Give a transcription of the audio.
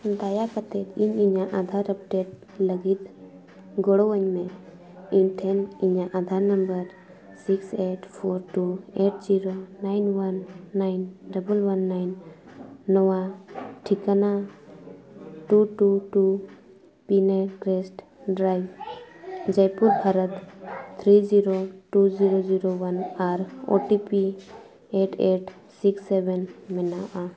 ᱫᱟᱭᱟ ᱠᱟᱛᱮᱫ ᱤᱧ ᱤᱧᱟᱹᱜ ᱟᱫᱷᱟᱨ ᱟᱯᱰᱮᱴ ᱞᱟᱹᱜᱤᱫ ᱜᱚᱲᱚᱣᱟᱹᱧ ᱢᱮ ᱤᱧ ᱴᱷᱮᱱ ᱤᱧᱟᱹᱜ Aadhaar number six eight four two eight zero nine one nine double one nine ᱱᱚᱣᱟ ᱴᱷᱤᱠᱟᱱᱟ two two two Pinecrest drive Jaipur Bharat three zero two zero zero one ᱟᱨ ᱮᱭᱤᱴ ᱮᱭᱤᱴ ᱥᱤᱠᱥ ᱥᱮᱵᱷᱮᱱ ᱢᱮᱱᱟᱜᱼᱟ